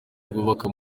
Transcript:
bwubaka